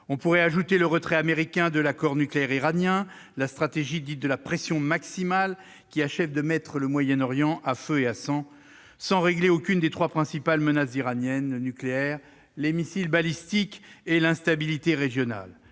On pourrait ajouter le retrait américain de l'accord nucléaire iranien, la stratégie dite de la « pression maximale », qui achève de mettre le Moyen-Orient à feu et à sang sans régler aucune des trois principales menaces iraniennes : nucléaire, missiles balistiques, instabilité régionale.